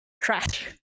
trash